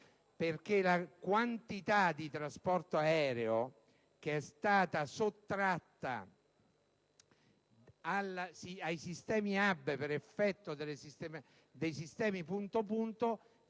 perché la quantità di trasporto aereo che è stata sottratta ai sistemi *hub* per effetto dei sistemi punto-punto